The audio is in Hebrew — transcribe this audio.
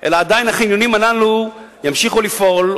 אלא החניונים האלה ימשיכו לפעול,